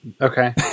Okay